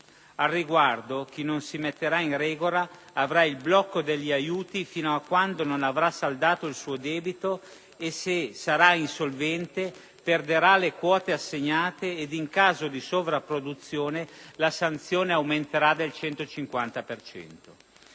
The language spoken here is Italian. Al riguardo, chi non si metterà in regola avrà il blocco degli aiuti fino a quando non avrà saldato il suo debito e se sarà insolvente perderà le quote assegnate ed in caso di sovrapproduzione la sanzione aumenterà del 150